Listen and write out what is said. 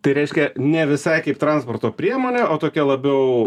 tai reiškia ne visai kaip transporto priemonė o tokia labiau